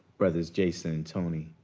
brothers jason, tony,